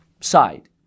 side